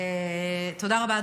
תודה רבה.